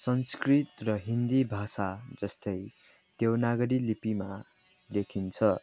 संस्कृत र हिन्दी भाषा जस्तै देवनागरी लिपिमा लेखिन्छ